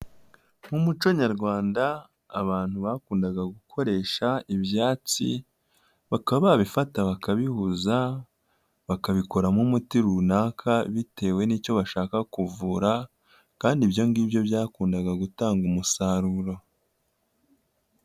Mu muco nyarwanda abantu bakundaga gukoresha ibyatsi, bakaba babifata bakabihuza bakabikoramo umuti runaka, bitewe n'icyo bashaka kuvura kandi ibyo ngibyo byakundaga gutanga umusaruro.